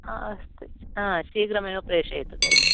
हा अस्तु शीघ्रमेव प्रेषयतु तर्हि